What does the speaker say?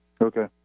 Okay